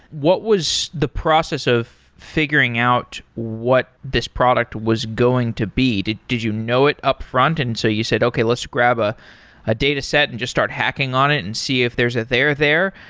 what was the process of figuring out what this product was going to be? did you know it upfront? and so you said, okay. let's grab ah a dataset and just start hacking on it and see if there's a there there.